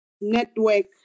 network